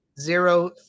zero